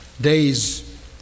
days